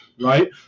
right